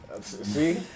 see